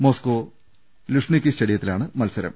Moscow Luzhniki സ്റ്റേഡിയത്തിലാണ് മത്സരം